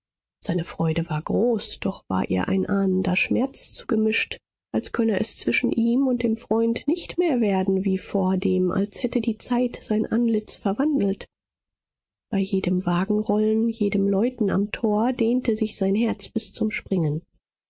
seine freude war groß doch war ihr ein ahnender schmerz zugemischt als könne es zwischen ihm und dem freund nicht mehr werden wie vordem als hätte die zeit sein antlitz verwandelt bei jedem wagenrollen jedem läuten am tor dehnte sich sein herz bis zum springen